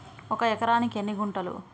ఒక ఎకరానికి ఎన్ని గుంటలు?